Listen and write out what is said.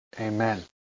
Amen